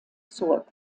zurück